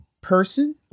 person